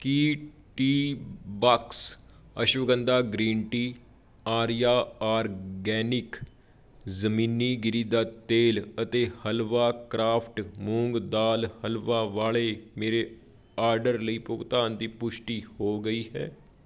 ਕੀ Teabox ashwagandha green tea Arya organic ਜ਼ਮੀਨੀ ਗਿਰੀ ਦਾ ਤੇਲ ਅਤੇ ਹਲਵਾ ਕਰਾਫਟ ਮੂੰਗ ਦਾਲ ਹਲਵਾ ਵਾਲੇ ਮੇਰੇ ਆਰਡਰ ਲਈ ਭੁਗਤਾਨ ਦੀ ਪੁਸ਼ਟੀ ਹੋ ਗਈ ਹੈ